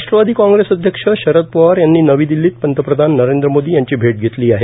राष्ट्रवादी काँग्रेस अध्यक्ष शरद पवार यांनी नवी दिल्लीत पंतप्रधान नरेंद्र मोदी यांची भेट घेतली आहे